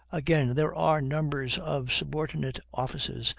again, there are numbers of subordinate offices,